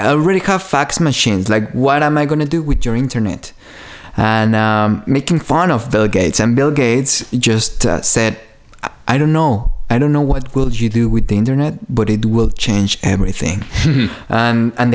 a really tough fax machines like what am i going to do with your internet and making fun of bill gates and bill gates just said i don't know i don't know what will you do with the internet but it will change everything and